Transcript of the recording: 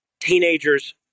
teenagers